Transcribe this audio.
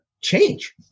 change